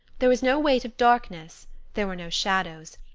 there was no weight of darkness there were no shadows.